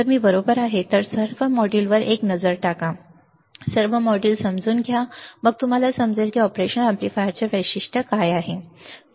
जर मी बरोबर आहे तर सर्व मॉड्यूल्सवर एक नजर टाका सर्व मॉड्यूल समजून घ्या मग तुम्हाला समजेल की ऑपरेशनल एम्पलीफायरचे वैशिष्ट्य काय आहे ठीक आहे